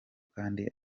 kandi